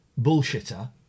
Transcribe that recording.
bullshitter